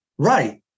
Right